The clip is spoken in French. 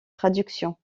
traductions